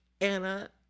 Anna